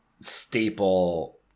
staple